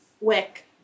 Wick